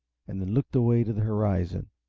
and then looked away to the horizon.